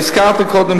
שהזכרת קודם,